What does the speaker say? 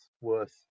worth